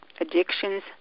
addictions